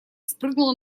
спрыгнула